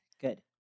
Good